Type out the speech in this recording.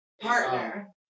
partner